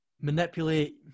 manipulate